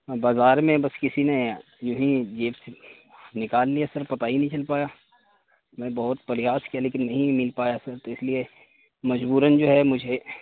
بازار میں بس کسی نے یونہی جیب سے نکال لیا سر پتا ہی نہیں چل پایا میں بہت پریاس کیا لیکن نہیں مل پایا سر تو اس لیے مجبوراً جو ہے مجھے